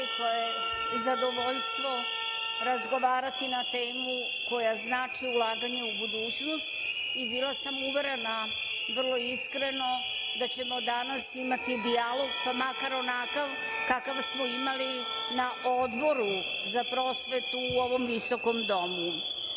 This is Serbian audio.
je zadovoljstvo razgovarati na temu koja znači ulaganja u budućnost i bila sam uverena, vrlo iskreno, da ćemo danas imati dijalog, pa makar onakav kakav smo imali na Odboru za prosvetu, u ovom visokom domu.